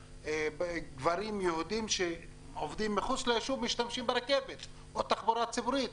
גברים יהודים שעובדים מחוץ ליישוב משתמשים ברכבת או בתחבורה ציבורית,